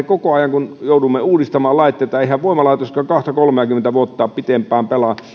koko ajan kun joudumme uudistamaan laitteita eihän voimalaitoskaan kahta kolmeakymmentä vuotta pitempään pelaa